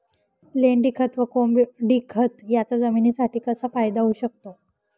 लेंडीखत व कोंबडीखत याचा जमिनीसाठी कसा फायदा होऊ शकतो?